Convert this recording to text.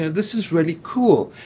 and this is really cool.